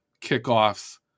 kickoffs